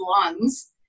lungs